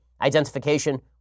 identification